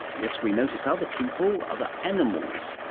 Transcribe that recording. yes, we notice other people, other animals,